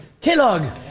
Kellogg